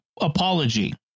apology